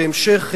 בהמשך,